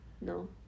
No